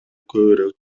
көбүрөөк